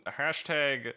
hashtag